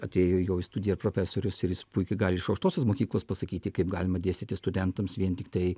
atėjo jau į studiją ir profesorius ir jis puikiai gali iš aukštosios mokyklos pasakyti kaip galima dėstyti studentams vien tiktai